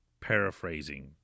paraphrasing